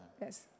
Yes